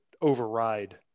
override